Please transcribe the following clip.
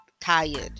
tired